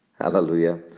hallelujah